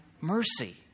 mercy